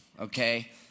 okay